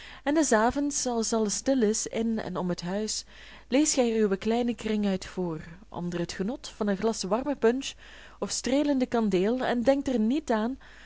en des avonds als alles stil is in en om het huis leest gij er uwen kleinen kring uit voor onder het genot van een glas warme punch of streelende kandeel en denkt er niet aan